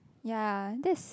ya that's